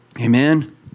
Amen